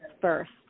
first